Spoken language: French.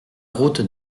route